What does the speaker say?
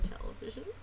television